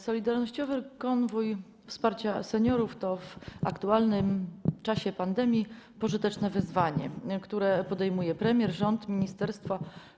Solidarnościowy Konwój Wsparcia Seniorów to w aktualnym czasie pandemii pożyteczne wyzwanie, które podejmują premier, rząd i ministerstwo.